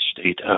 state